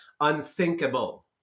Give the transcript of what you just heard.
unsinkable